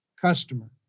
customer